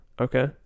okay